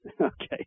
Okay